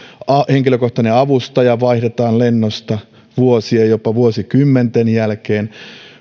henkilökohtainen avustaja vaihdetaan lennosta vuosien jopa vuosikymmenten jälkeen